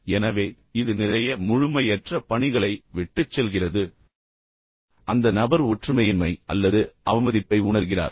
எனவே இது நிறைய முழுமையற்ற பணிகளை விட்டுச்செல்கிறது எனவே அந்த நபர் ஒற்றுமையின்மை அல்லது அவமதிப்பை உணர்கிறார்